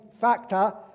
factor